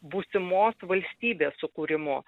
būsimos valstybės sukūrimu